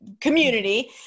community